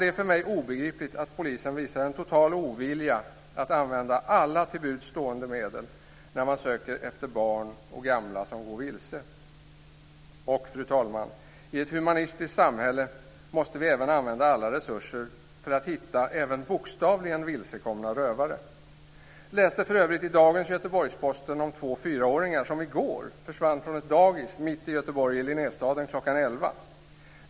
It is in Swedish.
Det är för mig obegripligt att polisen visar en så total ovilja att använda alla till buds stående medel när man söker efter barn och gamla som går vilse. Och i ett humanistiskt samhälle, fru talman, måste vi använda alla resurser för hitta också bokstavligen vilsekomna rövare. Jag läste för övrigt i dagens Göteborgs-Posten om två fyraåringar som i går försvann från ett dagis mitt i Göteborg, i Linnéstaden, kl. 11.